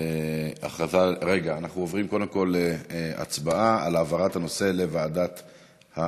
אנחנו עוברים להצבעה על העברת הנושא לוועדת החוקה.